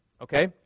Okay